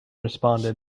responded